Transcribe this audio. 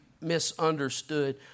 misunderstood